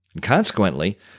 Consequently